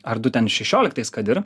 ar du ten šešioliktais kad ir